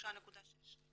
23.6%